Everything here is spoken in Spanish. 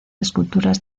esculturas